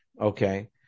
Okay